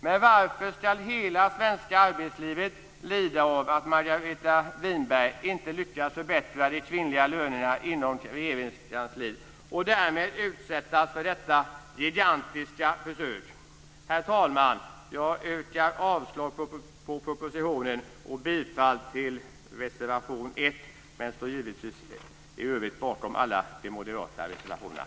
Men varför ska hela det svenska arbetslivet lida för att Margareta Winberg inte lyckats förbättra de kvinnliga lönerna inom Regeringskansliet och därmed utsättas för detta gigantiska försök? Herr talman! Jag yrkar avslag på propositionen och bifall till reservation 1 men står givetvis bakom alla de moderata reservationerna.